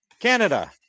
Canada